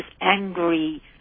angry